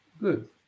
Good